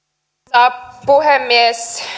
arvoisa puhemies